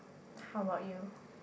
how about you